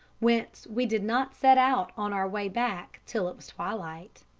whence we did not set out on our way back till it was twilight.